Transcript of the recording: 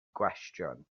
gwestiwn